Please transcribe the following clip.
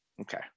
Okay